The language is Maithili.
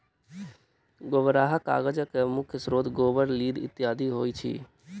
गोबराहा कागजक मुख्य स्रोत गोबर, लीद इत्यादि होइत अछि